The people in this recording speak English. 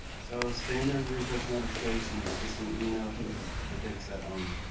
so standard refresh notifications are just an email to the data set owner.